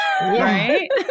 Right